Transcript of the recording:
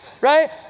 right